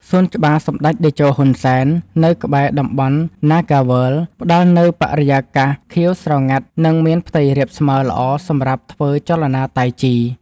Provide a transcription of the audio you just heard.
សួនច្បារសម្ដេចតេជោ ហ៊ុន សែន នៅក្បែរតំបន់ណាហ្គាវើលដ៍ ផ្ដល់នូវបរិយាកាសខៀវស្រងាត់ និងមានផ្ទៃរាបស្មើល្អសម្រាប់ធ្វើចលនាតៃជី។